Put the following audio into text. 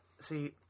see